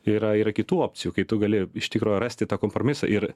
yra ir kitų opcijų kai tu gali iš tikro rasti tą kompromisą ir